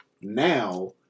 now